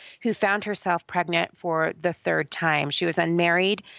who found herself pregnant for the third time. she was unmarried,